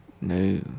No